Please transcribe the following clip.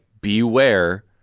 beware